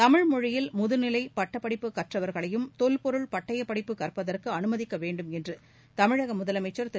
தமிழ் மொழியில் முதுநிலை பட்டப்படிப்பு கற்றவர்கள் தொல்பொருள் பட்டயப்படிப்பு கற்பதற்கு அனுமதிக்க வேண்டும் என்று தமிழக முதலமைச்சர் திரு